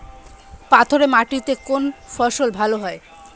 পাথরে মাটিতে কোন ফসল ভালো হয়?